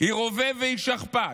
היא רובה והיא שכפ"ץ.